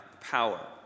power